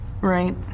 Right